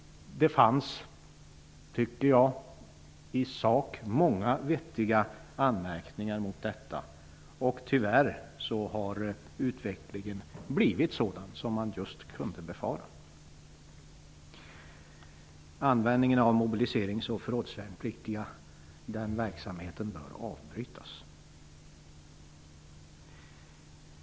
Det fanns i sak många vettiga anmärkningar mot detta. Tyvärr har utvecklingen blivit sådan som man kunde befara. Användningen av mobiliserings och förrådsvärnpliktiga bör avbrytas.